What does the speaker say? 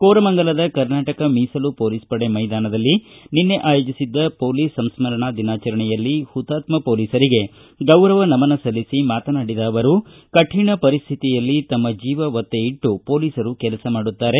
ಕೋರಮಂಗಲದ ಕರ್ನಾಟಕ ಮೀಸಲು ಪೊಲೀಸ್ ಪಡೆ ಮೈದಾನದಲ್ಲಿ ನಿನ್ನೆ ಆಯೋಜಿಸಿದ್ದ ಪೊಲೀಸ್ ಸಂಸ್ಕರಣಾ ದಿನಾಚರಣೆಯಲ್ಲಿ ಹುತಾತ್ಮ ಪೊಲೀಸರಿಗೆ ಗೌರವ ನಮನ ಸಲ್ಲಿಸಿ ಮಾತನಾಡಿದ ಅವರು ಕಠಿಣ ಪರಿಸ್ಥಿತಿಯಲ್ಲಿ ತಮ್ಮ ಜೀವ ಒತ್ತೆ ಇಟ್ಟು ಪೊಲೀಸರು ಕೆಲಸ ಮಾಡುತ್ತಾರೆ